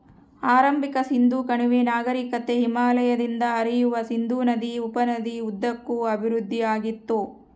ಆರಂಭಿಕ ಸಿಂಧೂ ಕಣಿವೆ ನಾಗರಿಕತೆ ಹಿಮಾಲಯದಿಂದ ಹರಿಯುವ ಸಿಂಧೂ ನದಿ ಉಪನದಿ ಉದ್ದಕ್ಕೂ ಅಭಿವೃದ್ಧಿಆಗಿತ್ತು